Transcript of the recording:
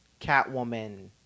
Catwoman